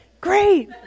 Great